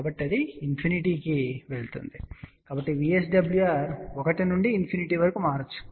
కాబట్టి అది ఇన్ఫినిటీ కు వెళుతుంది కాబట్టి VSWR 1 నుండి ఇన్ఫినిటీ వరకు మారవచ్చు